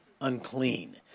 unclean